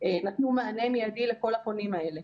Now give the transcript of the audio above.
נתנו מענה מיידי לכל הפונים האלה.